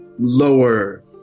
lower